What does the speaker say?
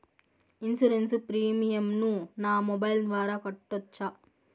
Insurance premium ను నా mobile ద్వారా కట్టొచ్చా?